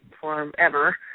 forever